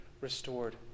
restored